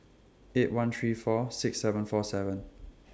eight one three four six seven four seven